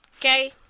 Okay